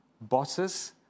bosses